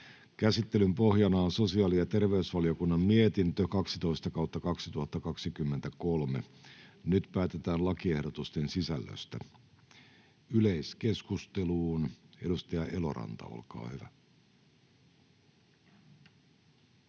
Käsittelyn pohjana on sosiaali- ja terveysvaliokunnan mietintö StVM 12/2023 vp. Nyt päätetään lakiehdotusten sisällöstä. — Yleiskeskusteluun, edustaja Eloranta, olkaa hyvä.